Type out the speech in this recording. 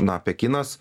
na pekinas